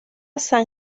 san